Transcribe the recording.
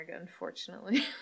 unfortunately